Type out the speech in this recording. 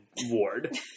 ward